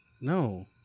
No